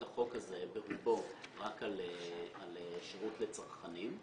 החוק הזה ברובו רק על שירות לצרכנים,